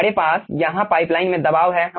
हमारे पास यहां पाइपलाइन में दबाव हैं